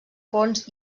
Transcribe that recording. ponts